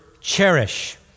cherish